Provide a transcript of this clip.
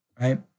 Right